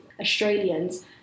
Australians